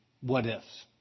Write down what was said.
what-ifs